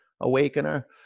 awakener